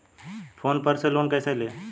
Phone पर से loan कैसे लें?